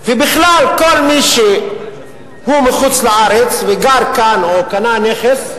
ובכלל, כל מי שהוא מחוץ-לארץ וגר כאן, או קנה נכס,